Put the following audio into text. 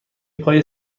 پای